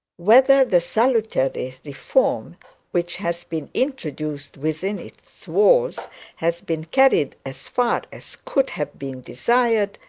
whether the salutary reform which has been introduced within its walls has been carried as far as could have been desired,